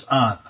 on